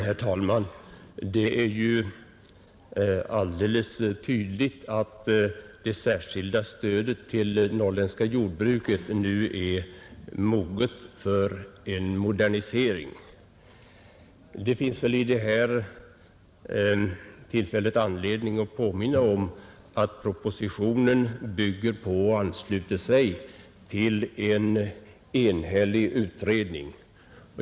Herr talman! Det är alldeles tydligt att det särskilda stödet till det norrländska jordbruket nu är moget för en modernisering. Det finns vid det här tillfället anledning att påminna om att propositionen bygger på och ansluter sig till en enhällig utredning.